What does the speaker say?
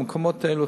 במקומות האלה,